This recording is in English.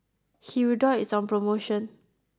Hirudoid is on promotion